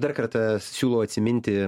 dar kartą siūlau atsiminti